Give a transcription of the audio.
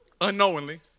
unknowingly